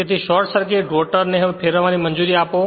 તેથી short circuit rotor ને હવે ફેરવવાની મંજૂરી આપો